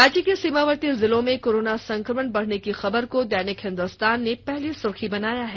राज्य के सीमावर्ती जिलों में कोरोना संक्रमण बढ़ने की खबर को दैनिक हिंदुस्तान ने पहली सुर्खी बनाया है